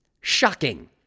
Shocking